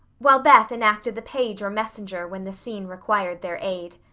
while beth enacted the page or messenger when the scene required their aid.